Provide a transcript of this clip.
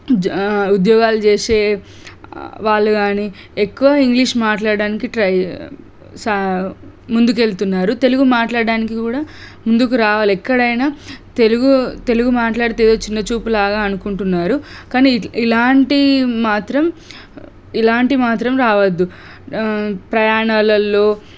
ఉద్యోగాలు చేసే వాళ్ళు కానీ ఎక్కువ ఇంగ్లీష్ మాట్లాడ్డానికి ట్రై సా ముందుకెళ్తున్నారు తెలుగు మాట్లాడ్డానికి కూడా ముందుకు రావాలి ఎక్కడైనా తెలుగు తెలుగు మాట్లాడితే ఏదో చిన్న చూపులాగా అనుకుంటున్నారు కానీ ఇలాంటి మాత్రం ఇలాంటి మాత్రం రావద్దు ప్రయాణాలల్లో